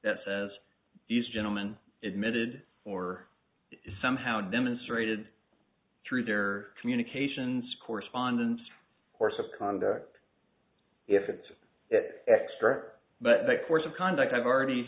that says these gentleman admitted or somehow demonstrated through their communications correspondence course of conduct if it's extra but a course of conduct i've already